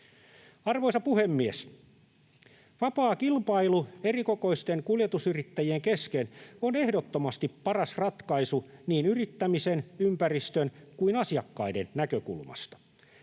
Arvoisa puhemies! Vapaa kilpailu erikokoisten kuljetusyrittäjien kesken on ehdottomasti paras ratkaisu niin yrittämisen, ympäristön kuin asiakkaiden näkökulmasta.